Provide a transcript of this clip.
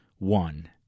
One